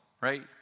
Right